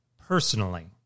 personally